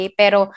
pero